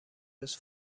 روز